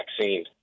vaccine